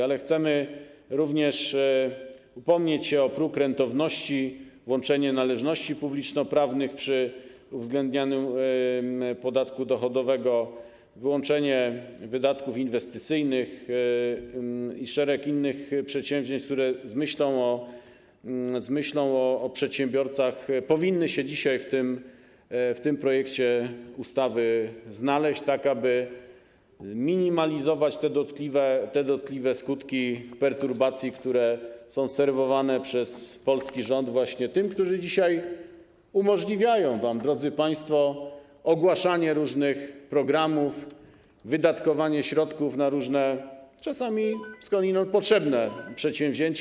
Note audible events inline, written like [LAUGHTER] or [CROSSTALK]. Ale chcemy również upomnieć się o próg rentowności, włączenie należności publiczno-prawnych przy uwzględnianiu podatku dochodowego, włączenie wydatków inwestycyjnych i o szereg innych przedsięwzięć, które z myślą o przedsiębiorcach powinny się dzisiaj w tym projekcie ustawy znaleźć, tak aby minimalizować te dotkliwe skutki perturbacji, które są serwowane przez polski rząd właśnie tym, którzy dzisiaj umożliwiają wam, drodzy państwo, ogłaszanie różnych programów, wydatkowanie środków na różne, [NOISE] czasami skądinąd potrzebne, przedsięwzięcia.